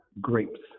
grapes